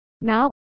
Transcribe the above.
Now